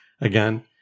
again